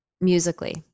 musically